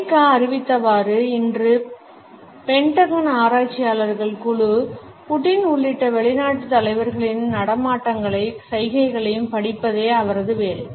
America அறிவித்தவாறு இன்று Pentagon ஆராய்ச்சியாளர்களின் குழு புடின் உள்ளிட்ட வெளிநாட்டுத் தலைவர்களின் நடமாட்டங்களையும் சைகைகளையும் படிப்பதே அவரது வேலை